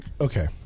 Okay